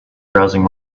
browsing